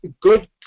good